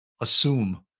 assume